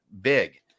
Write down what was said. big